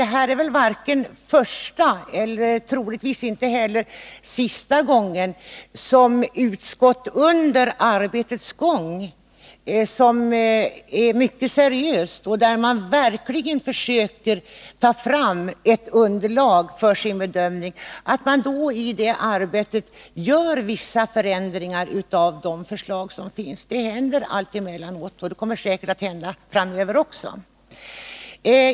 Det här är inte första och troligtvis inte heller sista gången som ett utskott under sitt arbete — som bedrivs mycket seriöst, man försöker verkligen ta fram ett underlag för sin bedömning — gör vissa förändringar i de förslag som finns. Detta händer alltemellanåt, och det kommer säkert att hända även framöver.